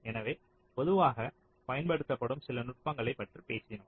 எனவே பொதுவாக பயன்படுத்தப்படும் சில நுட்பங்களைப் பற்றி பேசினோம்